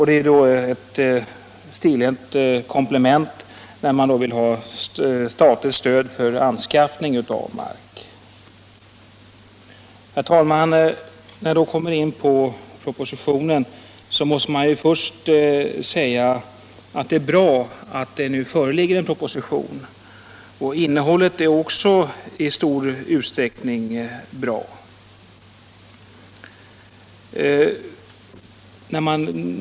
Det är då ett stilenligt — Stöd till skärgårdskomplement att moderaterna nu vill ha statligt stöd för anskaffning av = företag, m.m. mark. Herr talman! När jag så kommer in på propositionen vill jag först säga att det är bra att det nu föreligger en proposition. Innehållet är också i stor utsträckning bra.